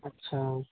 اچھا